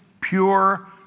pure